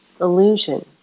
illusion